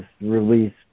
Release